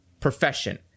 profession